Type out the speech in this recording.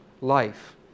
life